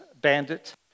bandit